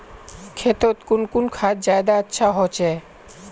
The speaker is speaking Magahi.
खेतोत कुन खाद ज्यादा अच्छा होचे?